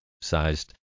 sized